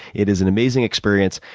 it is an amazing experience.